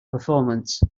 performance